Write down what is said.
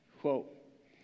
quote